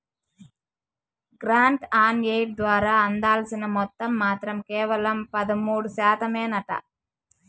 grant on aid ద్వారా అందాల్సిన మొత్తం మాత్రం కేవలం పదమూడు శాతమేనంట